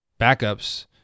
backups